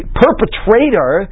perpetrator